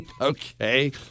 Okay